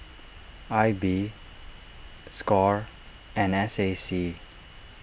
I B score and S A C